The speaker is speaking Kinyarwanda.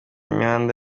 imihanda